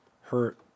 hurt